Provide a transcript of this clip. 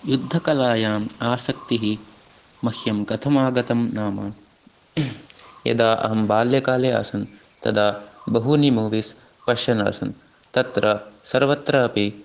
युद्धकलायाम् आसक्तिः मह्यं कथमागतं नाम यदा अहं बाल्यकाले आसन् तदा बहूनि मूवीस् पश्यन् आसन् तत्र सर्वत्रापि